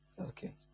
Okay